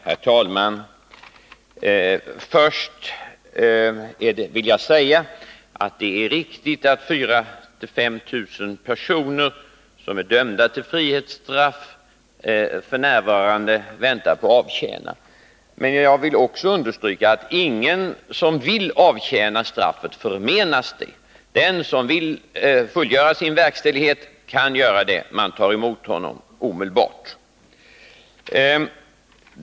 Herr talman! Först vill jag säga att det är riktigt att 4 000-5 000 personer, som är dömda till frihetsstraff, f. n. väntar på att avtjäna straffet. Men jag vill också understryka att ingen som vill avtjäna straffet förmenas detta. Den som vill fullgöra avtjänandet kan göra det — man tar emot honom omedelbart.